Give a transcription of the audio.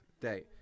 day